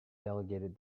delegated